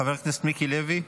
חבר הכנסת מיקי לוי,